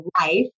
life